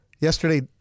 Yesterday